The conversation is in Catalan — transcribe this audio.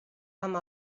amb